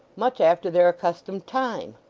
much after their accustomed time.